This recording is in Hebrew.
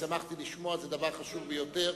שמחתי לשמוע, זה דבר חשוב ביותר.